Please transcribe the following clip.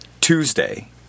Tuesday